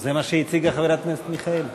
זה מה שהציגה חברת הכנסת מיכאלי.